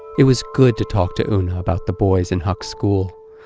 it was good to talk to oona about the boys in huck's school,